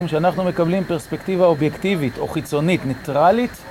כשאנחנו מקבלים פרספקטיבה אובייקטיבית, או חיצונית, ניטרלית,